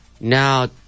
Now